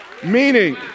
Meaning